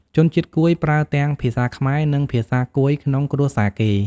ជនជាតិកួយប្រើទាំងភាសាខ្មែរ និងភាសាកួយក្នុងគ្រួសារគេ។